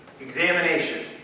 examination